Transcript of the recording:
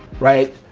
right?